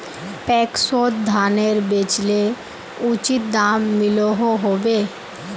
पैक्सोत धानेर बेचले उचित दाम मिलोहो होबे?